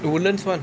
to woodlands [one]